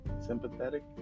Sympathetic